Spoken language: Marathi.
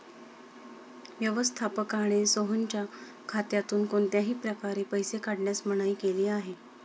व्यवस्थापकाने सोहनच्या खात्यातून कोणत्याही प्रकारे पैसे काढण्यास मनाई केली आहे